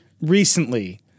recently